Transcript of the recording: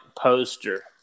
poster